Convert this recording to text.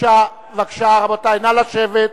נא לשבת.